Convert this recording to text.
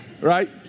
Right